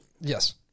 Yes